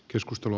keskustelu